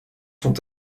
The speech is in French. sont